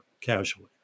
casually